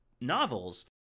novels